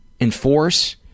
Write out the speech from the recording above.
enforce